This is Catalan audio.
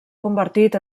convertit